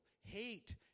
Hate